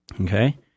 Okay